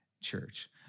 Church